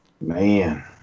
Man